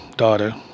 Daughter